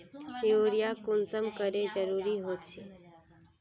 Urea कुंसम करे जरूरी छै?